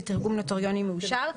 בתרגום נוטריוני מאושר".